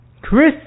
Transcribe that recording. Chris